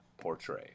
portray